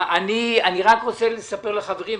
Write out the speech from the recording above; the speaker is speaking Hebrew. אני רק רוצה לספר לחברים,